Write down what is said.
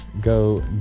go